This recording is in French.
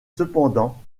cependant